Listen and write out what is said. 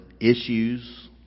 issues